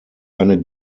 eine